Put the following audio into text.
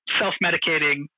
self-medicating